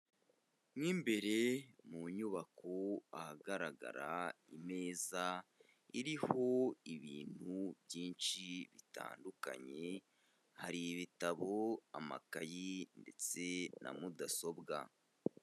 Mo imbere mu nyubako ahagaragara imeza iriho ibintu byinshi bitandukanye, hari ibitabo, amakayi ndetse na mudasobwa.